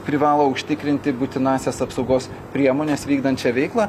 privalo užtikrinti būtinąsias apsaugos priemones vykdančią veiklą